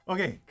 Okay